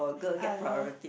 I don't know